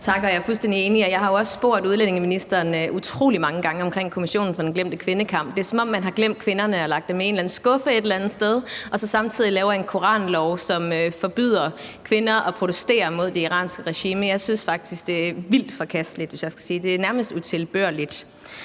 Jeg er fuldstændig enig, og jeg har jo også spurgt udlændingeministeren utrolig mange gange om Kommissionen for den glemte kvindekamp. Det er, som om man har glemt kvinderne og lagt dem i en eller anden skuffe et eller andet sted. Samtidig laver man en koranlov, som forbyder kvinder at protestere imod det iranske regime. Jeg synes faktisk, at det er vildt forkasteligt, hvis jeg skal sige det. Det er nærmest utilbørligt.